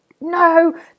no